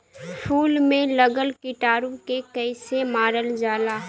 फूल में लगल कीटाणु के कैसे मारल जाला?